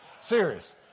Serious